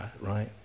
right